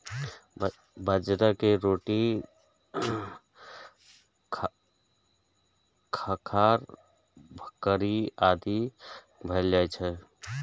बाजरा के रोटी, खाखरा, भाकरी आदि बनाएल जाइ छै